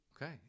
Okay